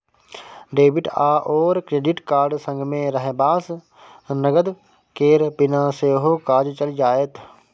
debit आओर credit card संगमे रहबासँ नगद केर बिना सेहो काज चलि जाएत